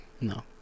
No